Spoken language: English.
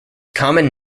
common